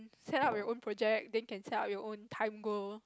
set up your own project then can set up your own time goal